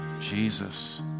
Jesus